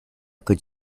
could